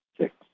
six